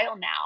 now